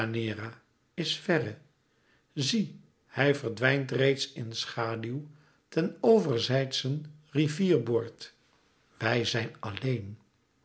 is verre zie hij verdwijnt reeds in schaduw ten overzijdschen rivierboord wij zijn alleen